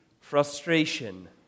frustration